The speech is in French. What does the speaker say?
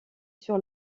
sur